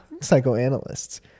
psychoanalysts